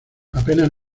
apenas